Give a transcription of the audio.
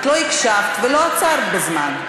את לא הקשבת ולא עצרת בזמן.